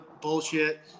bullshit